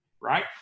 right